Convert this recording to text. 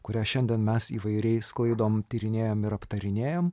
kurią šiandien mes įvairiais sklaidom tyrinėjam ir aptarinėjam